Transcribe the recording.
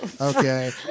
Okay